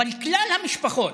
אבל כלל המשפחות,